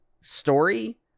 story